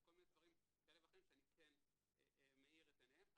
אז כל מיני דברים כאלה ואחרים שאני כן מאיר את עיניהם.